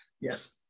yes